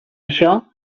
això